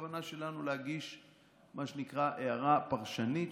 הכוונה שלנו היא להגיש מה שנקרא הערה פרשנית,